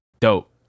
dope